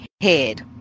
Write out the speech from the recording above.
head